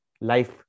life